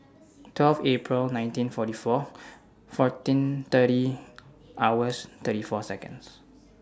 twelve April nineteen forty four fourteen thirty hours thirty four Seconds